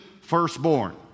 firstborn